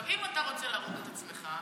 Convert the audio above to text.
אם אתה רוצה להרוג את עצמך,